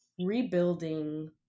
rebuilding